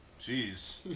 Jeez